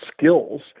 skills